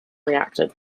reacted